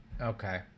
Okay